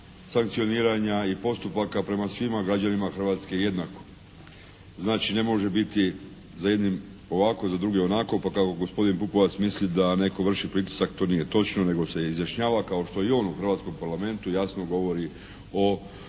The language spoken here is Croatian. sankcioniranja i postupaka prema svima građanima Hrvatske jednako. Znači ne može biti za jedne ovako, za druge onako, pa kao gospodin Bukovac misli da netko vrši pritisak. To nije točno, nego se izjašnjava kao što i on u hrvatskom Parlamentu jasno govori o